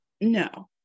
no